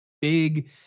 big